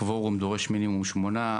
כאשר הקוורום דורש מינימום שמונה.